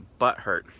butthurt